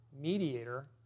mediator